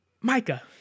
Micah